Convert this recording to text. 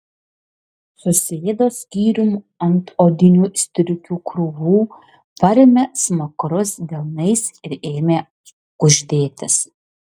susėdo skyrium ant odinių striukių krūvų parėmė smakrus delnais ir ėmė kuždėtis